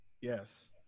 Yes